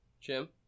Jim